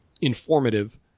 informative